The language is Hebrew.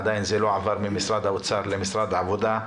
עדיין זה לא עבר ממשרד האוצר למשרד העבודה,